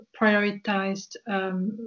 prioritized